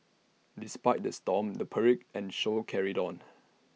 despite the storm the parade and show carried on